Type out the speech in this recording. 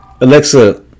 Alexa